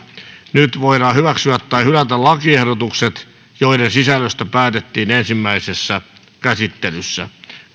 nyt voidaan toisessa käsittelyssä hyväksyä tai hylätä lakiehdotukset joiden sisällöstä päätettiin ensimmäisessä käsittelyssä